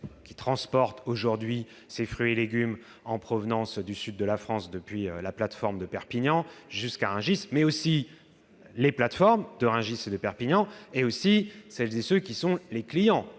qui transporte aujourd'hui ces fruits et légumes en provenance du sud de la France depuis la plateforme de Perpignan jusqu'à Rungis, les plateformes de Rungis et de Perpignan et les clients de ce